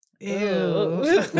Ew